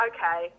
Okay